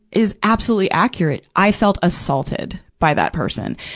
is absolutely accurate. i felt assaulted by that person.